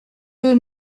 deux